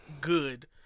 good